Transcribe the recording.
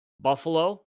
Buffalo